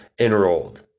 enrolled